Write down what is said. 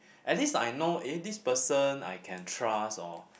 at least I know eh this person I can trust or